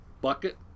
bucket